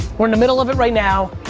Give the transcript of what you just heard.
we're in the middle of it right now,